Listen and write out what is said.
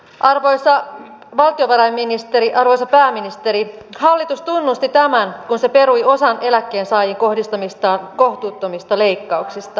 arvoisa valtiovarainministeri arvoisa pääministeri hallitus tunnusti tämän kun se perui osan eläkkeensaajiin kohdistamistaan kohtuuttomista leikkauksista